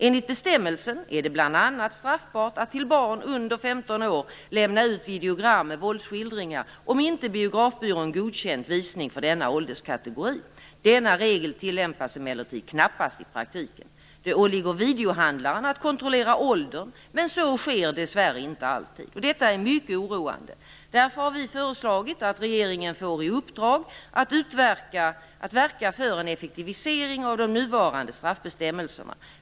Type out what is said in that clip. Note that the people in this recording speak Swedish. Enligt bestämmelsen är det bl.a. straffbart att till barn under 15 år lämna ut videogram med våldsskildringar om inte biografbyrån godkänt visning för denna ålderskategori. Denna regel tillämpas emellertid knappast i praktiken. Det åligger videohandlaren att kontrollera åldern, men så sker dessvärre inte alltid. Detta är mycket oroande. Därför har vi föreslagit att regeringen får i uppdrag att verka för en effektivisering av de nuvarande straffbestämmelserna.